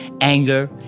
anger